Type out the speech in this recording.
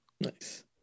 Nice